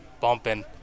bumping